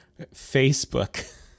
Facebook